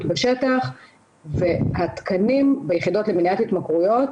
בשטח והתקנים ביחידות למניעת התמכרויות,